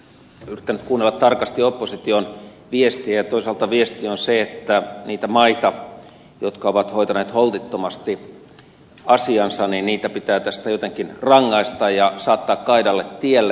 olen yrittänyt kuunnella tarkasti opposition viestejä ja toisaalta viesti on se että niitä maita jotka ovat hoitaneet holtittomasti asiansa pitää tästä jotenkin rangaista ja saattaa kaidalle tielle